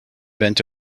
bent